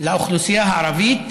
לאוכלוסייה הערבית,